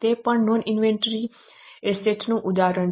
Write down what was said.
તે પણ non monetary એસેટનું ઉદાહરણ છે